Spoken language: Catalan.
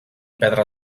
pedra